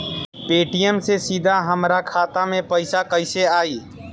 Paytm से सीधे हमरा खाता मे पईसा कइसे आई?